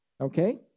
okay